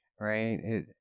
Right